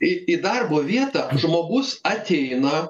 į į darbo vietą žmogus ateina